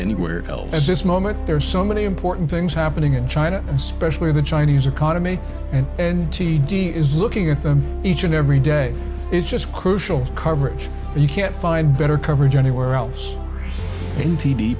at this moment there are so many important things happening in china especially the chinese economy and and t d is looking at them each and every day is just crucial coverage and you can't find better coverage anywhere else in t